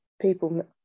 people